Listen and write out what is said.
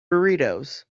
burritos